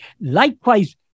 Likewise